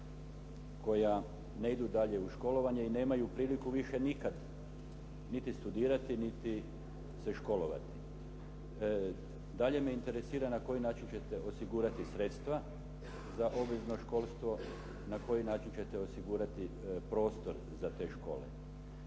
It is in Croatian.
koja ne idu dalje u školovanje i nemaju priliku više nikad niti studirati niti se školovati. Dalje me interesira na koji način ćete osigurati sredstva za obvezno školstvo, na koji način ćete osigurati prostor za te škole.